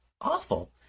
awful